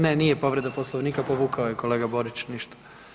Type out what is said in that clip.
Ne, nije povreda Poslovnika, povukao je kolega Borić, ništa.